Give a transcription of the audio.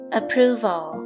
approval